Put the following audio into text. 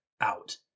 out